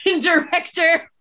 director